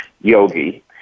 Yogi